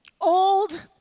old